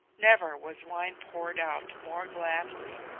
never was wine poured out more gladly.